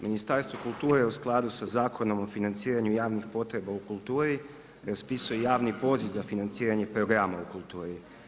Ministarstvo kulture u skladu sa Zakonom o financiranju javnih potreba u kulturi raspisuje javni poziv za financiranje programa u kulturi.